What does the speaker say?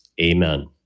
Amen